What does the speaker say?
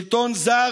שלטון זר,